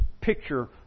picture